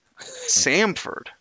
Samford